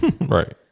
Right